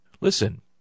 Listen